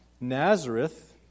Nazareth